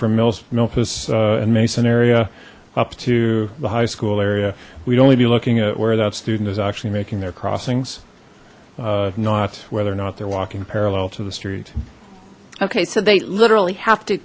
from memphis and mason area up to the high school area we'd only be looking at where that student is actually making their crossings not whether or not they're walking parallel to the street okay so they literally have to